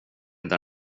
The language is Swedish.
där